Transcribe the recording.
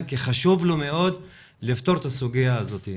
כי חשוב לו מאוד לפתור את הסוגיה הזאת.